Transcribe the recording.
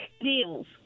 deals